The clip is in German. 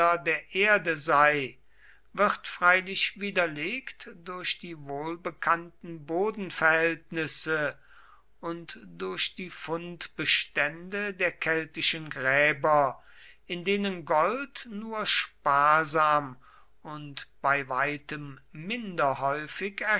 der erde sei wird freilich widerlegt durch die wohlbekannten bodenverhältnisse und durch die fundbestände der keltischen gräber in denen gold nur sparsam und bei weitem minder